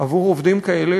עבור עובדים כאלה,